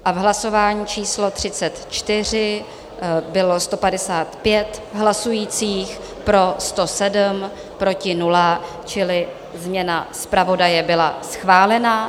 V hlasování číslo 34 bylo 155 hlasujících, pro 107, proti 0, čili změna zpravodaje byla schválena.